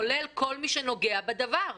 כולל כל מי שנוגע בדבר.